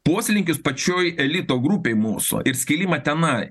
poslinkius pačioj elito grupėj mūsų ir skilimą tenai